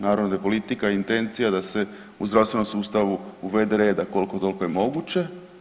Naravno da je politika intencija da se u zdravstvenom sustavu uvede reda koliko toliko je moguće.